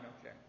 Okay